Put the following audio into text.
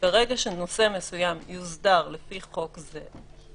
ברגע שנושא מסוים יוסדר לפי חוק זה,